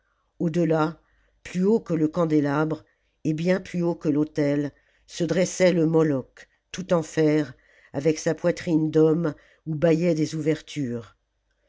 delà plus haut que le candélabre et bien plus haut que l'autel se dressait le moloch tout en fer avec sa poitrine d'homme où bâillaient des ouvertures